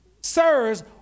Sirs